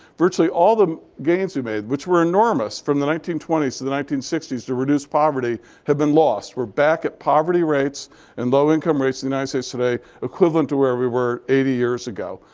virtually all the gains we made, which were enormous from the nineteen twenty s to the nineteen sixty s to reduce poverty, have been lost. we're back at poverty rates and low income rates in the united states today equivalent to where we were eighty years ago.